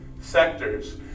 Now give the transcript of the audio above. sectors